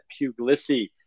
Puglisi